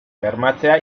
bermatzea